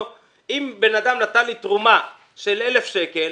מפקיד שני הפקיד 100,000 שקלים,